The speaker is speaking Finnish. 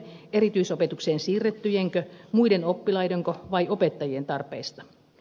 erityisopetukseen siirrettyjenkö muiden oppilaidenko vai opettajien tarpeista